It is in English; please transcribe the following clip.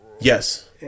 Yes